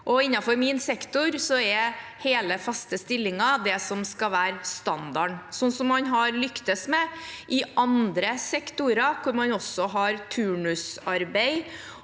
Innenfor min sektor er hele, faste stillinger det som skal være standarden, sånn som man har lyktes med i andre sektorer hvor man også har turnusarbeid